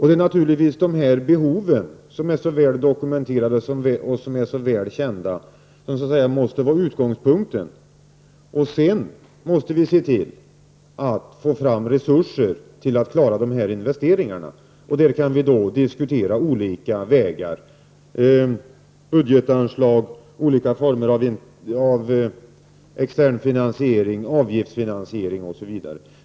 Det är naturligtvis dessa väldokumenterade och välkända behov som måste vara utgångspunkten. Sedan får vi se till att få fram resurser för att klara dessa investeringar. Då kan vi diskutera olika vägar: budgetanslag, olika former av extern finansiering, avgiftsfinansiering osv.